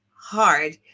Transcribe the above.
hard